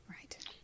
Right